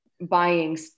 buying